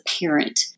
parent